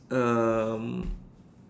um